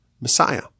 Messiah